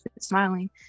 smiling